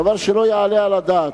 זה דבר שלא יעלה על הדעת.